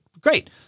Great